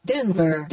Denver